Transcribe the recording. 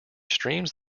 streams